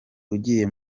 ugiye